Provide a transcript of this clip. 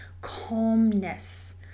calmness